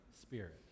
spirit